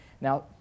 Now